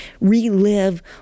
relive